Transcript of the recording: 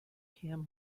him